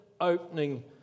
opening